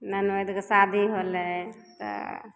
ननदिके शादी होलै तऽ